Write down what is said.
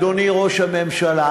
אדוני ראש הממשלה,